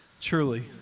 Truly